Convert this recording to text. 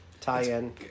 tie-in